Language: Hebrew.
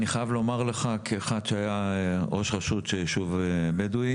אני חייב לומר לך כמי שהיה ראש רשות של ישוב בדואי,